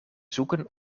zoeken